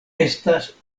estas